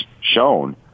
shown